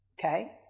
Okay